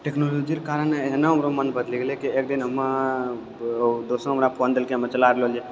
technology रे कारणो एहनो हमरो मन बदलि गेलै की एक दिन हमे दोसरो हमरा फोन देलकै हमे चला रहल रहियो